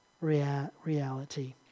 reality